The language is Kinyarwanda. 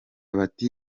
bati